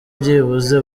byibuze